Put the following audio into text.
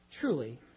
truly